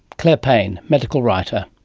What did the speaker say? clare pain, medical writer.